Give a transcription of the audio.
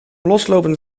loslopend